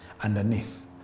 underneath